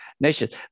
nations